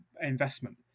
investment